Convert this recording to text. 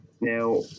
Now